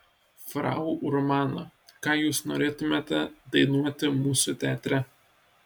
frau urmana ką jūs norėtumėte dainuoti mūsų teatre